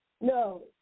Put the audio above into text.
No